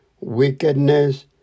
wickedness